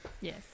Yes